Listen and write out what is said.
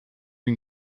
une